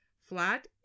flat